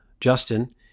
Justin